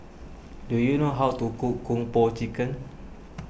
do you know how to cook Kung Po Chicken